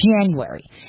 January